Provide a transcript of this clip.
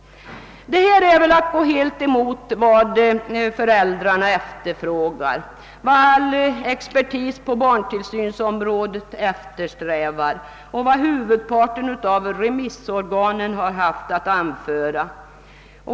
Reservanternas förslag innebär att man går rakt emot vad föräldrarna efterfrågar, vad all expertis på barntillsynsområdet eftersträvar och vad huvudparten av remissorganen har haft att anföra.